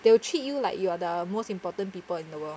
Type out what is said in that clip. they will treat you like you are the most important people in the world